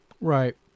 Right